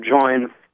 join